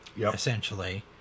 essentially